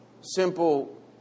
simple